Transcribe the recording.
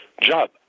job